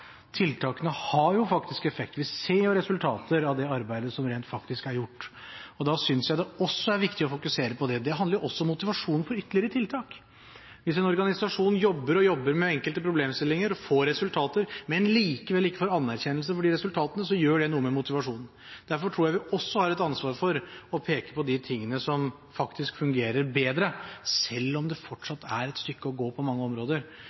Tiltakene har effekt. Vi ser resultater av det arbeidet som er gjort. Da synes jeg det også er viktig å fokusere på det. Det handler også om motivasjon for ytterligere tiltak. Hvis en organisasjon jobber og jobber med enkelte problemstillinger og får resultater, men likevel ikke får anerkjennelse for de resultatene, gjør det noe med motivasjonen. Derfor tror jeg vi også har et ansvar for å peke på de tingene som faktisk fungerer bedre. Selv om det fortsatt er et stykke å gå på mange områder,